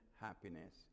happiness